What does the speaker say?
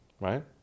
right